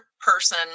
person